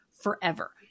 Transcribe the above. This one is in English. forever